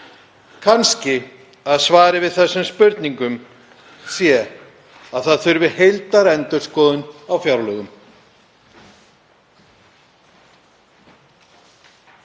Kannski að svarið við þessum spurningum sé að það þurfi heildarendurskoðun á fjárlögum.